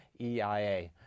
EIA